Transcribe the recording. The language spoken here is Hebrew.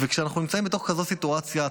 וכשאנחנו נמצאים בתוך כזאת סיטואציה,